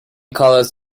colours